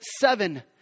seven